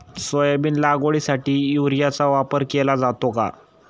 Soybean लागवडीसाठी युरियाचा वापर केला जातो का?